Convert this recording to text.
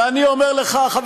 ואני אומר לך,